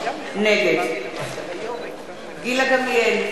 נגד גילה גמליאל,